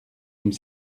comme